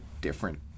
different